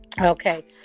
okay